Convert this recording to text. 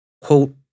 Quote